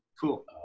Cool